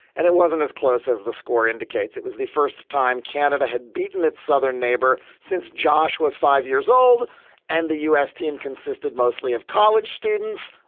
and it wasn't as close as the score indicates it was the first time canada had beaten its southern neighbor since josh was five years old and the u s. team consisted mostly of college students.